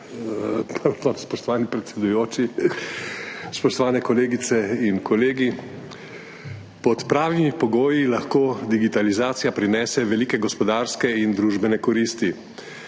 Spoštovani predsedujoči, spoštovane kolegice in kolegi! Pod pravimi pogoji lahko digitalizacija prinese velike gospodarske in družbene koristi.